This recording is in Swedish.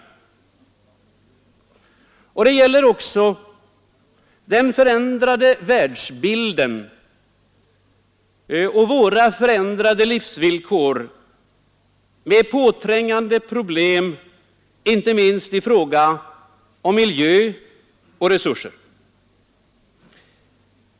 Det gäller också den förändrade världsbilden och våra förändrade livsvillkor med påträngande problem inte minst i fråga om miljö och resurser.